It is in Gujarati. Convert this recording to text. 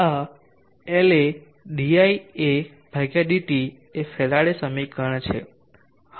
આ La diadt એ ફેરાડે સમીકરણ છે